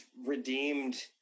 redeemed